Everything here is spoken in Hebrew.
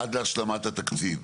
עד להשלמת התקציב.